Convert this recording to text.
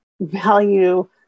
value